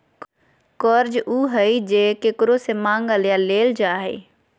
कर्ज उ हइ जे केकरो से मांगल या लेल जा हइ